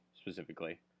specifically